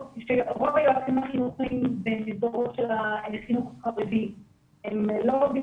שרוב היועצים החינוכיים במסגרות של החינוך החרדי הם לא עובדים